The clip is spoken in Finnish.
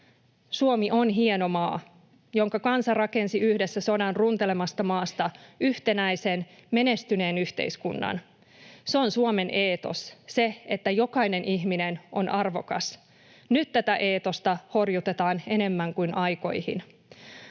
Suomi on hieno maa, jonka kansa rakensi yhdessä sodan runtelemasta maasta yhtenäisen, menestyneen yhteiskunnan. Se on Suomen eetos, se, että jokainen ihminen on arvokas. Nyt tätä eetosta horjutetaan enemmän kuin aikoihin.